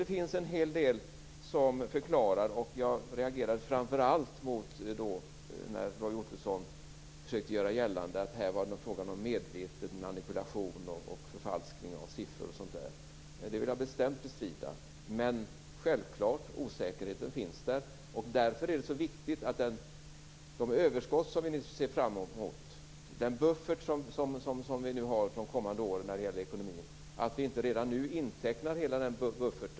Det finns alltså en hel del förklaringar. Framför allt reagerade jag när Roy Ottosson försökte göra gällande att det nog var fråga om en medveten manipulation, om en förfalskning av siffror etc. Det vill jag bestämt bestrida. Men självklart finns osäkerheten där. Därför är det så viktigt att vi - sett till de överskott som vi nu ser fram emot, den buffert som vi nu ekonomiskt har för de kommande åren - inte redan nu intecknar hela denna buffert.